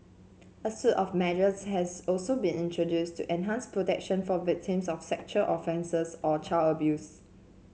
a suite of measures has also been introduced to enhance protection for victims of sexual offences or child abuse